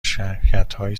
شرکتهایی